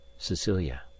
Cecilia